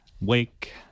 wake